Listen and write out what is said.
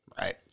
Right